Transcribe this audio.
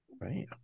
Right